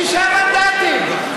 שישה מנדטים,